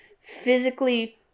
physically